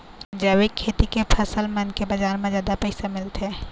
जैविक खेती के फसल मन के बाजार म जादा पैसा मिलथे